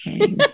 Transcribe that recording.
Okay